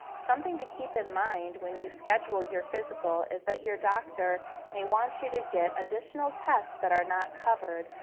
something to keep in mind when you schedule your physical is that your doctor may want you to get additional tests that are not covered,